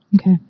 okay